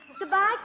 Goodbye